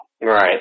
Right